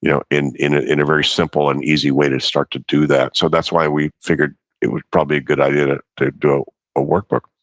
you know in in a very simple and easy way to start to do that. so that's why we figured it was probably a good idea to to do a workbook.